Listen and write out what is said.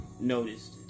noticed